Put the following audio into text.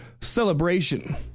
celebration